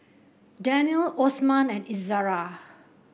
Danial Osman and Izara